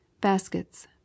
baskets